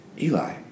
Eli